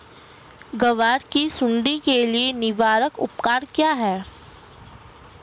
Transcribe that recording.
ग्वार की सुंडी के लिए निवारक उपाय क्या है?